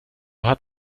hat